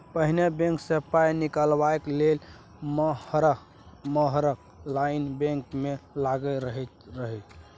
पहिने बैंक सँ पाइ निकालबाक लेल नमहर नमहर लाइन बैंक मे लागल रहैत रहय